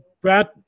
Brad